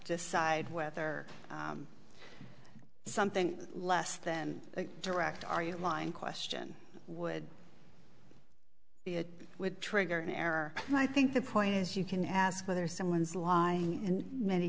decide whether something less than a direct are you line question would it would trigger an error and i think the point is you can ask whether someone's lying in many